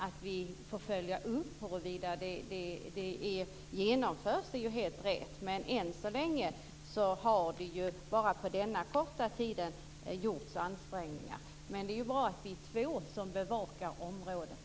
Att vi får följa upp huruvida det genomförs är ju helt rätt, men än så länge har det ju bara på denna korta tid gjorts ansträngningar. Det är bra att vi är två som bevakar området.